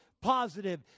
positive